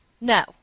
No